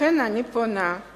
לכן, אני פונה אל